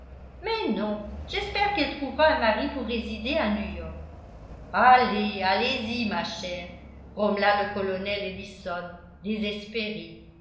mais non j'espère qu'elle trouvera un mari pour résider à new-york allez allez-y ma chère grommela le colonel ellison désespéré